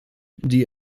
die